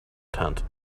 tent